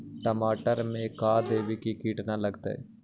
टमाटर में का देबै कि किट न लगतै?